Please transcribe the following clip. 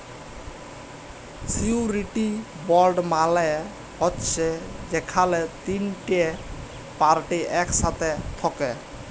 surety bond মালে হছে যেখালে তিলটে পার্টি ইকসাথে থ্যাকে